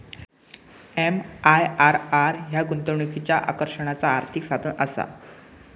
MIRR ह्या गुंतवणुकीच्या आकर्षणाचा आर्थिक साधनआसा